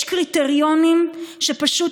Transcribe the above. יש קריטריונים שפשוט,